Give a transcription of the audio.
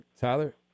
tyler